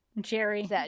jerry